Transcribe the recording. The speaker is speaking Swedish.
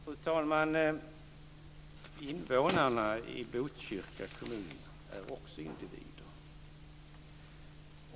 Fru talman! Invånarna i Botkyrka kommun är också individer.